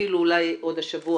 אפילו אולי עוד השבוע,